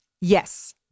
Yes